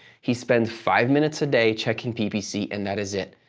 he spends five minutes a day checking ppc, and that is it.